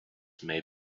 may